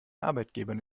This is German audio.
arbeitgebern